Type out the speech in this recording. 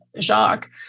Jacques